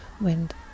wind